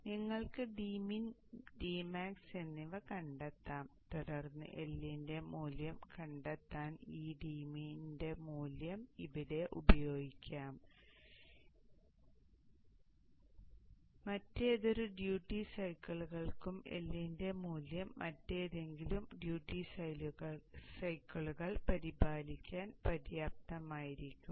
അതിനാൽ നിങ്ങൾക്ക് dmin dmax എന്നിവ കണ്ടെത്താം തുടർന്ന് L ന്റെ മൂല്യം കണ്ടെത്താൻ ഈ dmin മൂല്യം ഇവിടെ ഉപയോഗിക്കാം ക്ഷമിക്കണം ഇത് മിനിമം ഡ്യൂട്ടി സൈക്കിളിനായിരുന്നു മറ്റേതൊരു ഡ്യൂട്ടി സൈക്കിളുകൾക്കും L ന്റെ മൂല്യം മറ്റേതെങ്കിലും ഡ്യൂട്ടി സൈക്കിളുകൾ പരിപാലിക്കാൻ പര്യാപ്തമായിരിക്കും